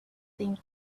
thing